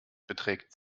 beträgt